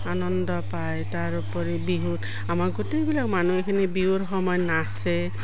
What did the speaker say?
আনন্দ পায় তাৰোপৰি বিহুত আমাৰ গোটেইবিলাক মানুহখিনি বিহুৰ সময় নাচে